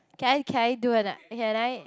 can I can I do or not can I